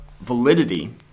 validity